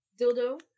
dildo